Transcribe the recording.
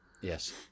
yes